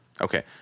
Okay